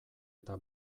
eta